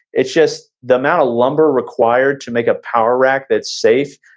it's just the amount of lumber required to make a power rack that's safe,